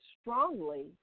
strongly